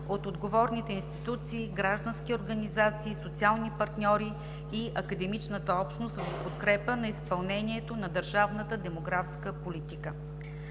от отговорните институции, граждански организации, социални партньори и академичната общност в подкрепа на изпълнението на държавната демографска политика.